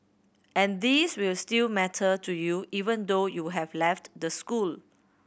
and these will still matter to you even though you have left the school